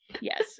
Yes